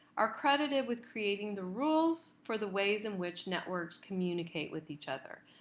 are credited with creating the rules for the ways in which networks communicate with each other.